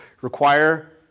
require